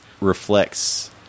reflects